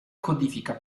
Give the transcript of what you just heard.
codifica